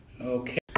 Okay